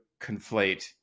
conflate